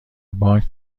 بانک